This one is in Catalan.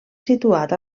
situat